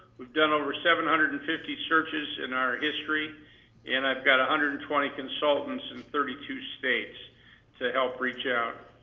we've done over seven hundred and fifty searches in our history and i've got one ah hundred and twenty consultants in thirty two states to help reach out.